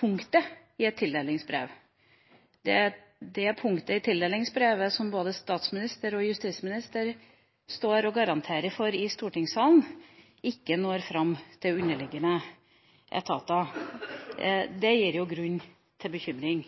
punktet i et tildelingsbrev, det punktet i tildelingsbrevet som både statsminister og justisminister står og garanterer for i stortingssalen, ikke når fram til underliggende etater. Det gir grunn til bekymring.